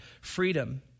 freedom